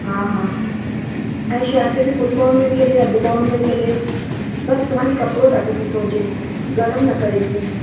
हा हा ऐं शर्ट बि फ़ुल ॿाहुंनि में बि हले अधि ॿाहुंनि में बि हले बसि ख़ाली कपिड़ो ॾाढो सुठो हुजे गरम न करे जीअं